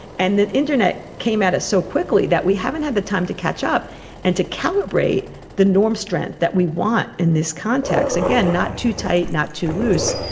and that the internet came at us so quickly that we haven't had the time to catch up and to calibrate the norm strength that we want in this context. again, not too tight, not too loose,